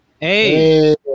Hey